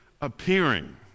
appearing